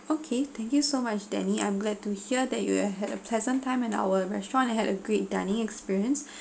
okay thank you so much denny I'm glad to hear that you have had a pleasant time in our restaurant and had a great dining experience